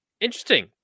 Interesting